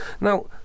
Now